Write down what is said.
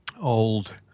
old